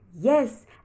yes